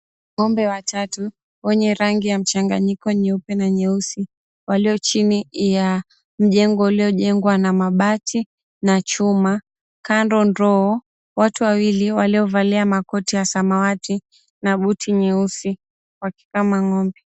Ng'ombe wa tatu wenye rangi mchanganyiko nyeupe na nyeusi, walio chini ya jengo lililojengwa na mabati na chuma. Kando ndoo, watu wawili waliovalia makoti ya samawati na buti nyeusi wakikama ng'ombe.